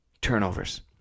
Turnovers